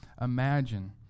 imagine